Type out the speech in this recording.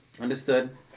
understood